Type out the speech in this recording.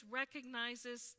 recognizes